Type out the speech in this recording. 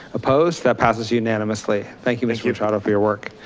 opposed that passes unanimously, thank you mr. machado for your work.